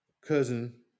cousin